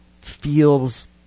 feels